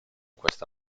questa